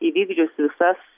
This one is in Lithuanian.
įvykdžius visas